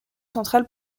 central